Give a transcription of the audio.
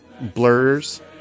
blurs